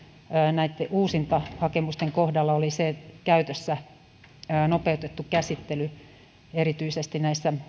näitten uusintahakemusten kohdalla oli käytössä nopeutettu käsittely erityisesti näissä